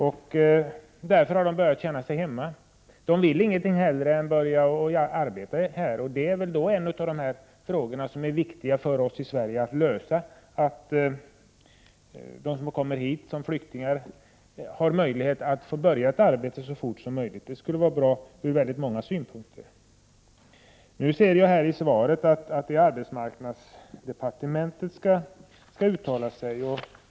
Detta gör att familjerna börjat känna sig hemma. De vill inget hellre än att arbeta här. Det är ett viktigt problem för oss att lösa — att de som kommer hit som flyktingar får möjlighet att börja arbeta så fort som möjligt. Det skulle vara bra från många synpunkter. Av svaret framgår att arbetsmarknadsdepartementet skall uttala sig.